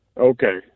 Okay